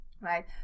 right